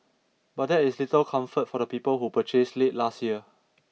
but that is little comfort for the people who purchased late last year